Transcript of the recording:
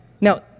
Now